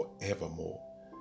forevermore